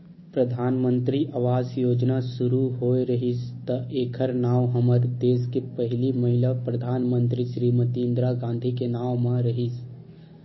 परधानमंतरी आवास योजना सुरू होए रिहिस त एखर नांव हमर देस के पहिली महिला परधानमंतरी श्रीमती इंदिरा गांधी के नांव म रिहिस